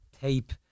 tape